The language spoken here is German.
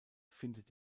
findet